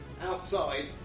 outside